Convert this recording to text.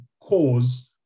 cause